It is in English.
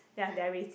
ya they are racist